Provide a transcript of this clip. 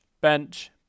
bench